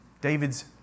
David's